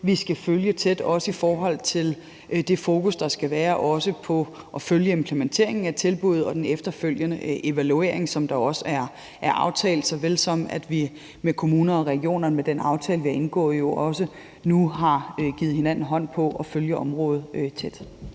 vi skal følge tæt, også i forhold til det fokus, der skal være på at følge implementeringen af tilbuddet og den efterfølgende evaluering, der er aftalt, lige såvel som vi med kommunerne og regionerne med den aftale, vi har indgået, jo nu har givet hinanden håndslag på at følge området tæt.